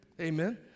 Amen